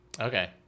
Okay